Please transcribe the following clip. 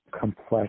complex